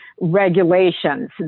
regulations